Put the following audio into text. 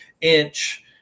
inch